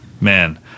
Man